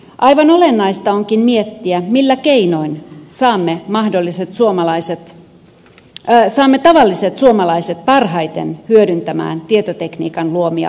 aivan olennaista onkin miettiä millä keinoin saamme tavalliset suomalaiset parhaiten hyödyntämään tietotekniikan luomia mahdollisuuksia